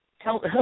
tell